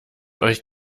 euch